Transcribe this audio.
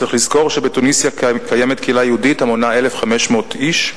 צריך לזכור שבתוניסיה קיימת קהילה יהודית המונה 1,500 איש.